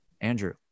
Andrew